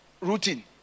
routine